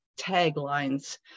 taglines